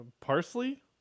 Parsley